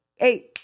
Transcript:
Eight